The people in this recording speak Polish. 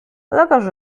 lekarz